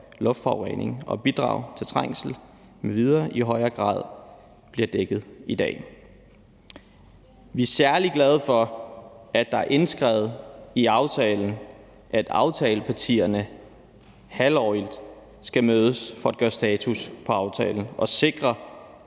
luftforurening og bidrag til trængsel m.v., i højere grad bliver dækket i dag. Vi er særlig glade for, at der er indskrevet i aftalen, at aftalepartierne halvårligt skal mødes for at gøre status på aftalen og sikre,